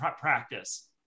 practice